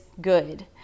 good